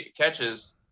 catches